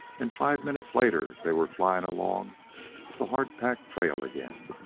and five minutes later they were flying along the hard-packed trail again.